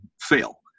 fail